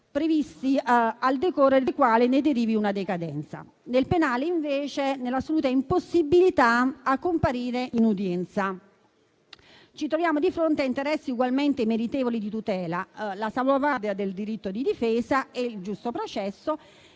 previsti, al decorrere dei quali derivi una decadenza; nel penale, invece, si può invocare l'istituto nell'assoluta impossibilità a comparire in udienza. Ci troviamo di fronte a interessi ugualmente meritevoli di tutela: la salvaguardia del diritto di difesa e il giusto processo